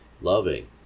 loving